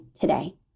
today